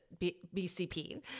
BCP